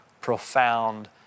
profound